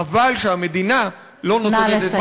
חבל שהמדינה לא נותנת, נא לסיים.